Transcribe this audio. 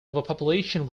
overpopulation